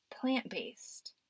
plant-based